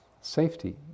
safety